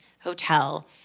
hotel